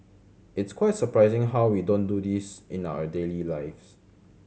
it's quite surprising how we don't do this in our daily lives